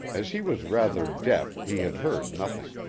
as he was rather deaf he had heard nothing.